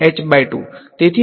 વિદ્યાર્થી h2